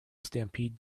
stampede